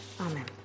Amen